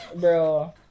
Bro